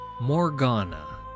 Morgana